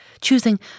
choosing